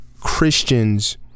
Christians